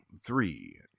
three